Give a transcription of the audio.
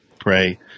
pray